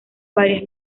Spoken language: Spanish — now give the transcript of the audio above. varias